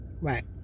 Right